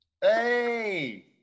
hey